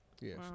yes